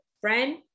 friend